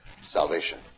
Salvation